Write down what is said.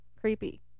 creepy